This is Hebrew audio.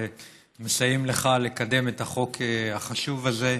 ומסייעים לך לקדם את החוק החשוב הזה,